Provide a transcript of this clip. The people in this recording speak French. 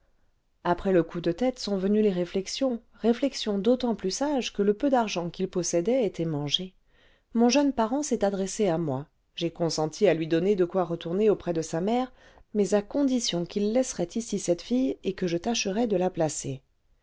après le coup de tête sont venues les réflexions réflexions d'autant plus sages que le peu d'argent qu'il possédait était mangé mon jeune parent s'est adressé à moi j'ai consenti à lui donner de quoi retourner auprès de sa mère mais à condition qu'il laisserait ici cette fille et que je tâcherais de la placer